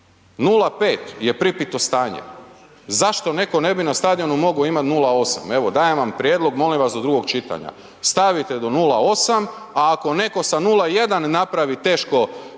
0,5 je pripito stanje, zašto netko ne bi na stadionu mogao imati 0,8. Evo, dajem vam prijedlog, molim vas do drugog čitanja. Stavite do 0,8, a ako netko sa 0,1, napravi teško,